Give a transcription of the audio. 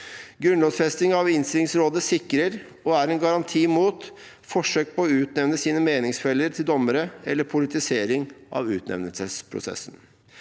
Grunnlovfesting av innstillingsrådet sikrer, og er en garanti mot, forsøk på å utnevne sine meningsfeller til dommere, eller politisering av utnevnelsesprosessen.